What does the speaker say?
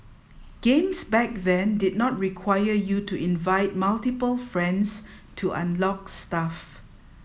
games back then did not require you to invite multiple friends to unlock stuff